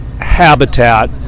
habitat